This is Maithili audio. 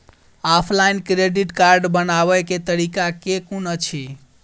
ऑफलाइन क्रेडिट कार्ड बनाबै केँ तरीका केँ कुन अछि?